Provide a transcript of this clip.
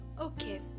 okay